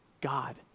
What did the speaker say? God